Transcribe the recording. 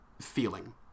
Feeling